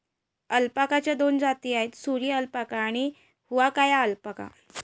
अल्पाकाच्या दोन जाती आहेत, सुरी अल्पाका आणि हुआकाया अल्पाका